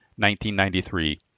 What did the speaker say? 1993